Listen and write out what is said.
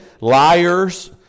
Liars